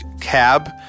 cab